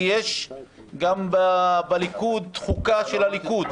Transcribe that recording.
כי יש גם חוקה של הליכוד,